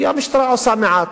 כי המשטרה עושה מעט,